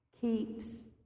keeps